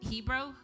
Hebrew